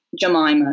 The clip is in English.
Jemima